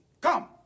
Come